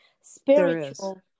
spiritual